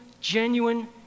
genuine